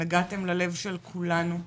נגעתן ללב של כולנו,